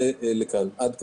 עד כאן.